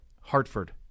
Hartford